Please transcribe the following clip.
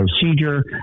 procedure